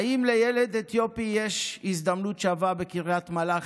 האם לילד אתיופי יש הזדמנות שווה בקריית מלאכי?